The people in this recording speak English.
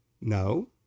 No